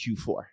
Q4